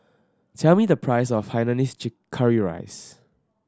tell me the price of hainanese curry rice